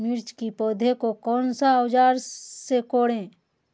मिर्च की पौधे को कौन सा औजार से कोरे?